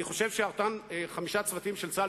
אני חושב שאותם חמישה צוותים של צה"ל